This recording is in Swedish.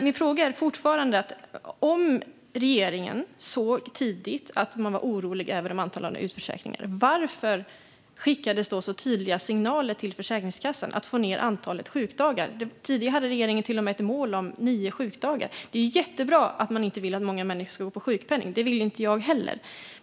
Min fråga är fortfarande: Om regeringen tidigt såg och var orolig över antalet utförsäkringar, varför skickades då så tydliga signaler till Försäkringskassan om att få ned antalet sjukdagar? Tidigare hade regeringen till och med ett mål om nio sjukdagar. Det är jättebra att man inte vill att många människor ska gå på sjukpenning. Det vill inte jag heller.